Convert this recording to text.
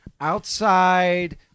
outside